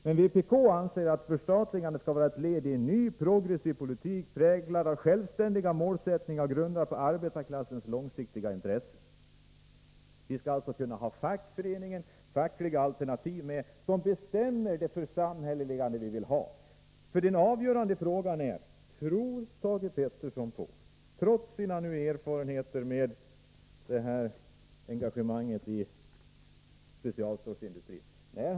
Men vpk anser att ett förstatligande skall vara ett led i en ny, progressiv politik, präglad av självständiga målsättningar och grundad på arbetarklassens långsiktiga intressen.” Vi skall alltså ha ett fack som bestämmer vilket förstatligande som bör komma i fråga. Den avgörande frågan är om Thage Peterson, trots sina erfarenheter av engagemanget i specialstålsindustrin, fortfarande tror på det här.